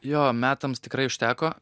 jo metams tikrai užteko